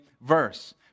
verse